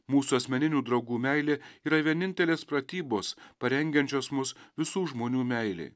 mūsų asmeninių draugų meilė yra vienintelės pratybos parengiančios mus visų žmonių meilei